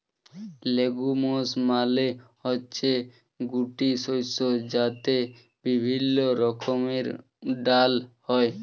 legumes মালে হচ্যে গুটি শস্য যাতে বিভিল্য রকমের ডাল হ্যয়